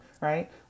right